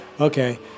okay